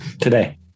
today